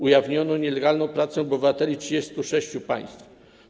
Ujawniono nielegalną pracę obywateli 36 państw.